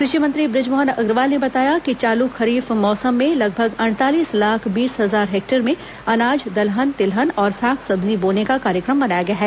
कृषि मंत्री ब्रजमोहन अग्रवाल ने बताया कि चालू खरीफ मौसम में लगभग अड़तालीस लाख बीस हजार हेक्टेयर क्षेत्र में अनाज दलहन तिलहन और साग सब्जी बोने का कार्यक्रम बनाया गया है